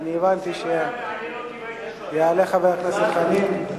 אני הבנתי שיעלה חבר הכנסת חנין.